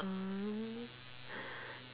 arm